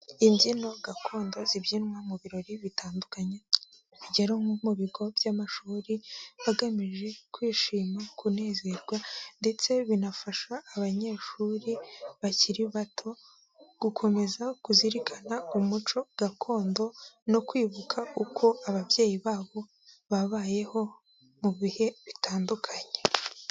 Imbyino gakondo zibyinwa mu birori bitandukanye bigera mu bigo by'amashuri bagamije kwishima, kunezerwa, ndetse binafasha abanyeshuri bakiri bato gukomeza kuzirikana umuco gakondo no kwibuka uko ababyeyi babo babayeho mu bihe bitandukanye.